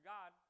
God